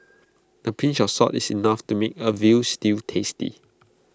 A pinch of salt is enough to make A Veal Stew tasty